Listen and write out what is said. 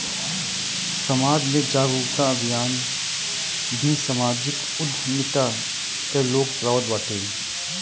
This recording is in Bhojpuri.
समाज में जागरूकता अभियान भी समाजिक उद्यमिता कअ लोग चलावत बाटे